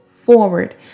forward